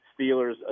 Steelers